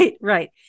right